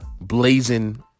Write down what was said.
blazing